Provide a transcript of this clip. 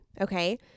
okay